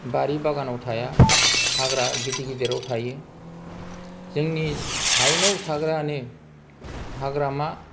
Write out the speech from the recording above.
बारि बागानाव थाया हाग्रा गिदिर गिदिराव थायो जोंनि हायेनाव थाग्रायानो हाग्रामा